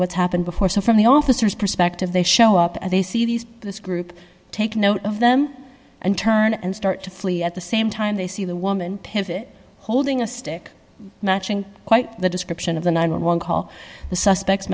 what's happened before so from the officers perspective they show up and they see these this group take note of them and turn and start to flee at the same time they see the woman holding a stick matching quite the description of the nine hundred and eleven call the suspects